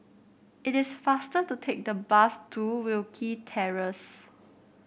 it is faster to take the bus to Wilkie Terrace